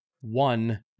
one